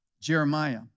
Jeremiah